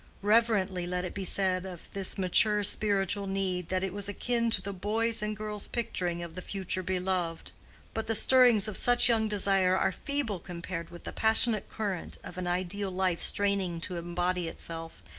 reverently let it be said of this mature spiritual need that it was akin to the boy's and girl's picturing of the future beloved but the stirrings of such young desire are feeble compared with the passionate current of an ideal life straining to embody itself,